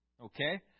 okay